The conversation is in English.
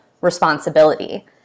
responsibility